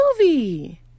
movie